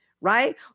right